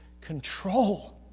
control